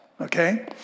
okay